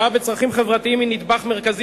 השקעה בצרכים חברתיים היא נדבך מרכזי